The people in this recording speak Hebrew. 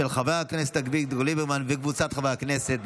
של חבר הכנסת אביגדור ליברמן וקבוצת חברי הכנסת.